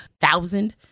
thousand